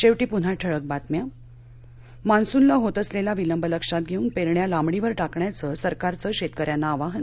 शेवटी पुन्हा ठळक बातम्या मान्सूनला होत असलेला विलंब लक्षात घेऊन पेरण्या लांबणीवर टाकण्याचं सरकारचं शेतकऱ्यांना आवाहन